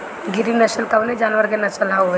गिरी नश्ल कवने जानवर के नस्ल हयुवे?